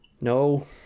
no